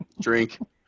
drink